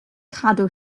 cadw